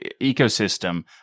ecosystem